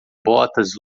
botas